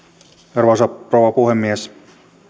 arvoisa rouva puhemies